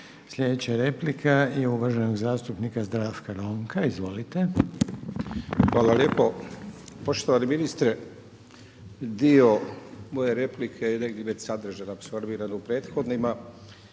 Sljedeća replika je uvaženog zastupnika Zdravka Ronka. Izvolite. **Ronko, Zdravko (SDP)** Hvala lijepo. Poštovani ministre, dio moje replike je negdje već sadržajno apsorbiran u prethodnima